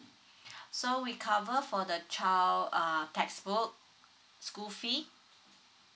so we cover for the child uh textbook school fee